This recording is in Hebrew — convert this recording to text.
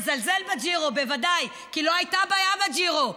תזלזל בג'ירו, בוודאי, כי לא הייתה בעיה בג'ירו.